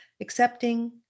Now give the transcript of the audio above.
accepting